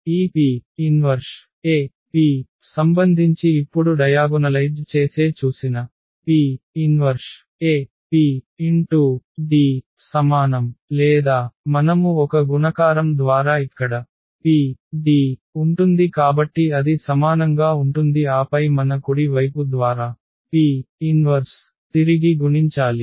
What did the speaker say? ఈ P 1AP సంబంధించి ఇప్పుడు డయాగొనలైజ్డ్ చేసే చూసిన P 1AP D సమానం లేదా మనము ఒక గుణకారం ద్వారా ఇక్కడ PD ఉంటుంది కాబట్టి అది సమానంగా ఉంటుంది ఆపై మన కుడి వైపు ద్వారా P 1 తిరిగి గుణించాలి